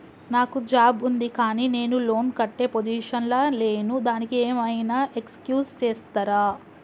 నాకు జాబ్ ఉంది కానీ నేను లోన్ కట్టే పొజిషన్ లా లేను దానికి ఏం ఐనా ఎక్స్క్యూజ్ చేస్తరా?